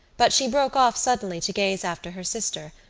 but she broke off suddenly to gaze after her sister,